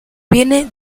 viene